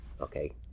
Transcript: okay